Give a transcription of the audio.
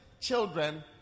children